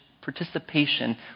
participation